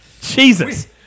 Jesus